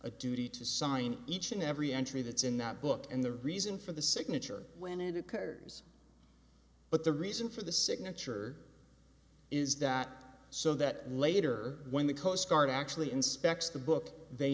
a duty to sign each and every entry that's in that book and the reason for the signature when it occurs but the reason for the signature is that so that later when the coast guard actually inspects the book they